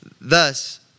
thus